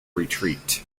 retreat